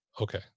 Okay